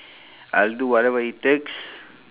I'll do whatever it takes